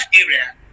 area